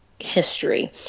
history